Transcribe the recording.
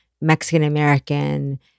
Mexican-American